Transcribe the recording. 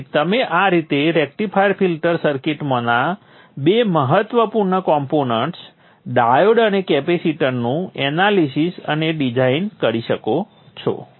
તેથી તમે આ રીતે રેક્ટિફાયર ફિલ્ટર સર્કિટમાંના બે મહત્વપૂર્ણ કોમ્પોનન્ટ્સ ડાયોડ અને કેપેસિટરનું એનાલિસીસ અને ડિઝાઇન કરી શકો છો